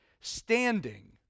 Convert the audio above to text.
standing